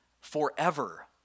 forever